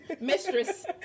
Mistress